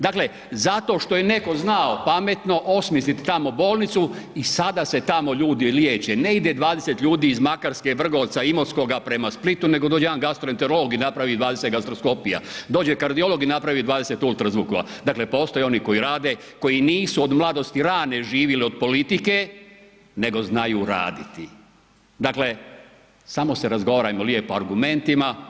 Dakle, zato što je netko znao pametno osmislit tamo bolnicu i sada se tamo ljudi liječe, ne ide 20 ljudi iz Makarske, Vrgorca i Imotskoga prema Splitu, nego dođe jedan gastroenterolog i napravi 20 gastroskopija, dođe kardiolog i napravi 20 ultrazvukova, dakle postoje oni koji rade, koji nisu od mladosti rane živili od politike, nego znaju raditi, dakle samo se razgovarajmo lijepo argumentima.